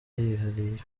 yihariye